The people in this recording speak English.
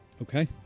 Okay